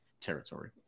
territory